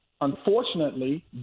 unfortunately